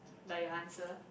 by your answer